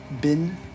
Bin